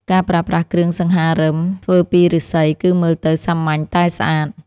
ការប្រើប្រាស់គ្រឿងសង្ហារឹមធ្វើពីឫស្សី គឺមើលទៅសាមញ្ញតែស្អាត។